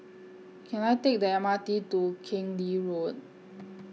Can I Take The M R T to Keng Lee Road